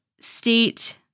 state